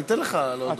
אני אתן לך להודות.